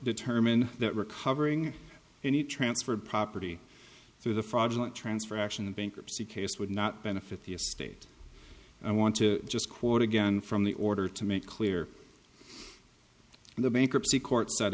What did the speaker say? determined that recovering any transferred property through the fraudulent transfer action in bankruptcy case would not benefit the estate i want to just quote again from the order to make clear the bankruptcy court